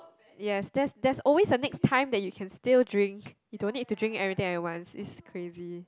yes there's there's always a next time that you can still drink you don't need to drink everything at once it's crazy